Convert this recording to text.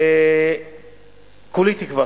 כולי תקווה